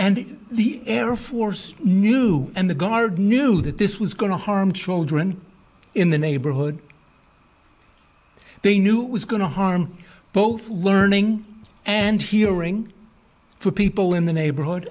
and the air force new and the guard knew that this was going to harm children in the neighborhood they knew it was going to harm both learning and hearing for people in the neighborhood